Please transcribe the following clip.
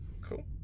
Cool